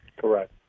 Correct